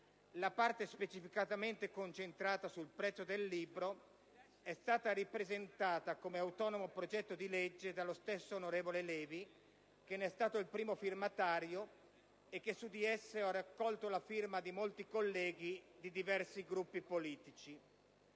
la parte specificamente concentrata sul prezzo del libro è stata ripresentata come autonomo progetto di legge dallo stesso onorevole Levi, che ne è stato il primo firmatario e che su di esso ha raccolto la firma di molti colleghi di diversi Gruppi politici.